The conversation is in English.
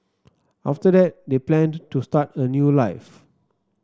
after that they planned to start a new life